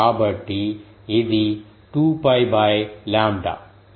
కాబట్టి ఇది 2 𝜋 లాంబ్డా